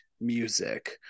music